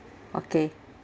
okay